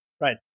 Right